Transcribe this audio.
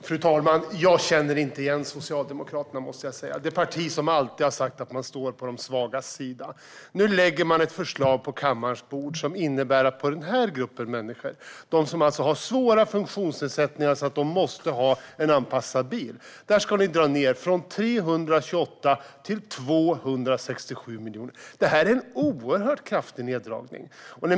Fru talman! Jag känner inte igen Socialdemokraterna. Det är det parti som alltid har sagt att man står på de svagas sida. Nu lägger regeringen ett förslag på kammarens bord som innebär att för denna grupp människor, de som har svåra funktionsnedsättningar så att de måste ha en anpassad bil, sänks anslaget från 328 till 267 miljoner. Det är en oerhört kraftig neddragning.